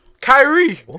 Kyrie